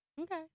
Okay